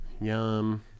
Yum